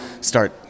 start